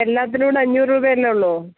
എല്ലാത്തിനും കൂടെ അഞ്ഞൂറ് രൂപയല്ലെ ഉള്ളു